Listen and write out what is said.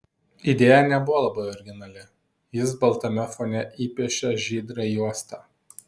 idėja nebuvo labai originali jis baltame fone įpiešė žydrą juostą